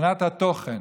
מבחינת התוכן.